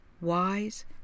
wise